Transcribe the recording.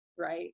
right